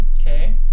Okay